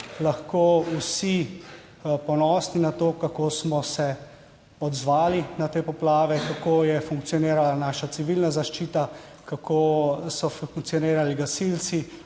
lahko vsi ponosni na to, kako smo se odzvali na te poplave, kako je funkcionirala naša civilna zaščita, kako so funkcionirali gasilci,